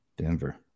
Denver